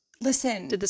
Listen